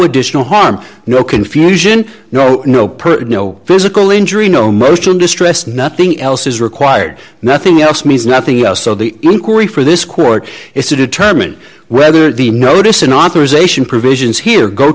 additional harm no confusion no nope no physical injury no motion distress nothing else is required nothing else means nothing else so the inquiry for this court is to determine whether the notice in authorization provisions here go